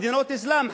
מדינות אסלאם,